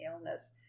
illness